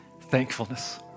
thankfulness